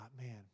man